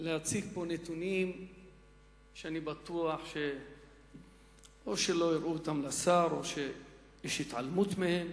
להציג פה נתונים שאני בטוח שאו שלא הראו אותם לשר או שיש התעלמות מהם